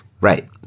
right